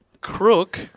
crook